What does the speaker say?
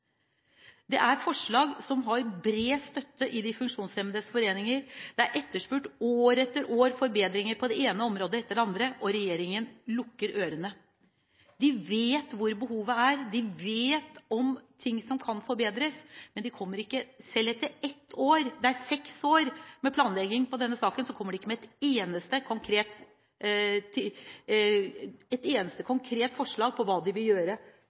Dette er forslag som har bred støtte i de funksjonshemmedes foreninger. År etter år er det etterspurt forbedringer på det ene området etter det andre, og regjeringen lukker ørene. De vet hvor behovet er, de vet om ting som kan forbedres, men selv etter seks år med planlegging på denne saken kommer de ikke med ett eneste konkret forslag om hva de vil gjøre